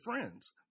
friends